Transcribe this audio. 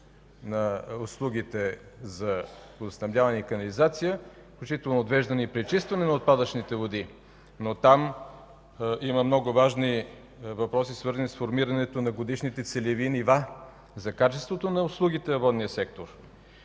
на услугите за водоснабдяване и канализация, включително отвеждане и пречистване на отпадъчните води. Там има много важни въпроси, свързани с формирането на годишните целеви нива за качеството на услугите във водния сектор,